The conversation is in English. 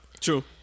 True